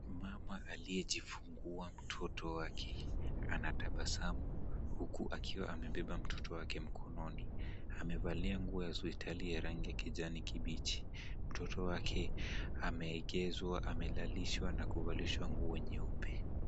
Mumama aliyejifungua mtoto wake anatabasamu, huku akiwa amebeba mtoto wake mkononi. Amevalia nguo ya hospitali ya rangi ya kijani kibichi. Mtoto wake ameegezwa, amelalishwa na kuvalishwa nguo nyeupe.